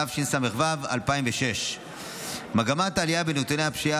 התשס"ו 2006. מגמת העלייה בנתוני הפשיעה